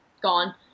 gone